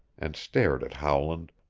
and stared at howland,